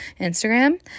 Instagram